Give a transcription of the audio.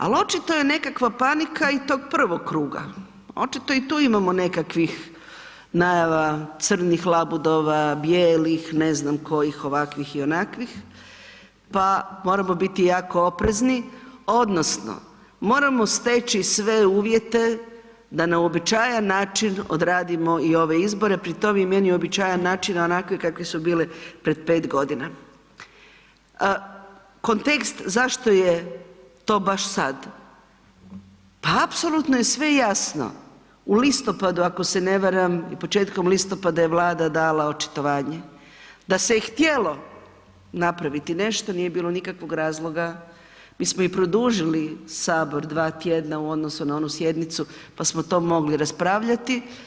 Al očito je nekakva panika i tog prvog kruga, očito i tu imamo nekakvih najava crnih labudova, bijelih, ne znam kojih, ovakvih i onakvih, pa moramo biti jako oprezni odnosno moramo steći sve uvjete da na uobičajan način odradimo i ove izbore pri tom i meni uobičajan način onakvi kakvi su bili pre 5.g. Kontekst zašto je to baš sad, pa apsolutno je sve jasno, u listopadu ako se ne varam i početkom listopada je Vlada dala očitovanje, da se je htjelo napraviti nešto, nije bilo nikakvog razloga, mi smo i produžili HS dva tjedna u odnosu na onu sjednicu, pa smo to mogli raspravljati.